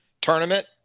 tournament